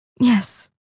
Yes